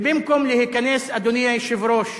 ובמקום להיכנס, אדוני היושב-ראש,